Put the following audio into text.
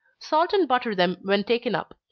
salt and butter them when taken up.